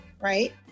right